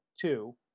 two